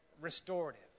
restorative